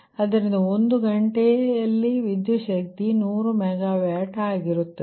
ಆದ್ದರಿಂದ ಒಂದು ಗಂಟೆಯಲ್ಲಿ ವಿದ್ಯುತ್ ಶಕ್ತಿ 100 ಮೆಗಾವ್ಯಾಟ್ ಆಗಿರುತ್ತದೆ